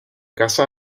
caza